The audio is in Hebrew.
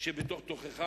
שבתוך תוכך,